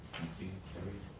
thank you, carried.